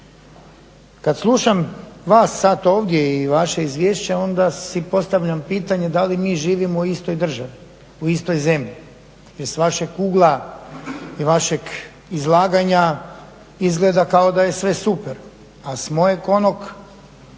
Kad slušam vas sad ovdje i vaša izvješća onda si postavljam pitanje da li mi živimo u istoj državi, u istoj zemlji. Iz vašeg ugla i vašeg izlaganja izgleda kao da je sve super, a s mojeg onog